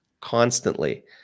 constantly